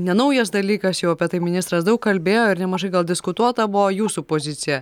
nenaujas dalykas jau apie tai ministras daug kalbėjo ir nemažai gal diskutuota buvo jūsų pozicija